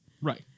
Right